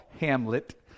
hamlet